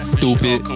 Stupid